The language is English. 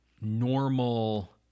normal